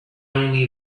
only